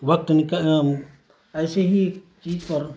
وقت ایسے ہی چیز پر